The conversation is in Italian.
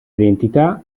identità